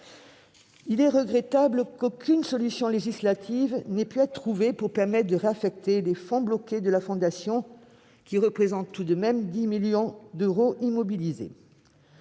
regrettable qu'aucune solution législative n'ait pu être trouvée pour permettre de réaffecter les fonds bloqués de la Fondation, qui représentent tout de même 10 millions d'euros.